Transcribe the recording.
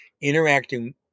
interacting